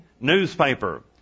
newspaper